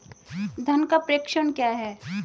धन का प्रेषण क्या है?